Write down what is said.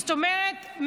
זאת אומרת,